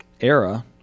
era